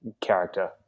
character